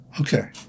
okay